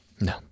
No